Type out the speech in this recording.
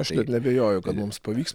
aš net neabejoju kad mums pavyks